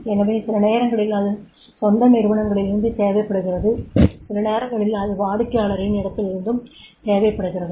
எனவே சில நேரங்களில் அது சொந்த நிறுவனத்திலிருந்து தேவைப்படுகிறது சில நேரங்களில் இது வாடிக்கையாளரின் இடத்திலிருந்தும் தேவைப்படுகிறது